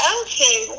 okay